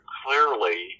clearly